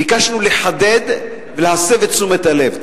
ביקשנו לחדד ולהסב את תשומת הלב.